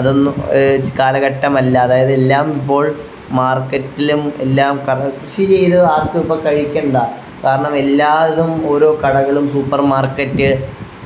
അതൊന്നും കാലഘട്ടമല്ല അതായത് എല്ലാം ഇപ്പോൾ മാർക്കറ്റിലും എല്ലാം കറ് കൃഷി ചെയ്ത് ആർക്കും ഇപ്പം കഴിക്കണ്ട കാരണം എല്ലായിതും ഓരോ കടകളും സൂപ്പർ മാർക്കറ്റ്